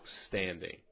outstanding